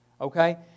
Okay